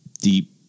deep